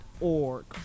org